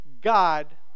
God